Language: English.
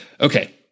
Okay